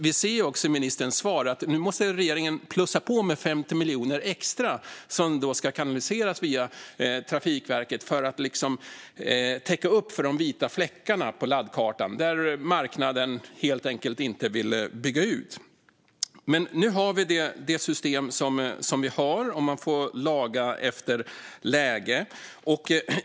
Vi hörde också i ministerns svar att regeringen nu måste plussa på med 50 miljoner extra, som ska kanaliseras via Trafikverket, för att täcka upp för de vita fläckarna på laddkartan, där marknaden helt enkelt inte vill bygga ut. Men nu har vi det system som vi har, och man får laga efter läge.